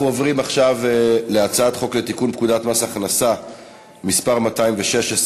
אנחנו עוברים עכשיו להצעת חוק לתיקון פקודת מס הכנסה (מס' 216)